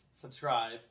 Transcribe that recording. subscribe